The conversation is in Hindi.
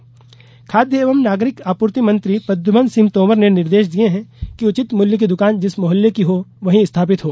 तोमर राशन खाद्य एवं नागरिक आपूर्ति मंत्री प्रद्यम्न सिंह तोमर ने निर्देश दिये हैं कि उचित मूल्य की दुकान जिस मोहल्ले की हो वहीं स्थापित हो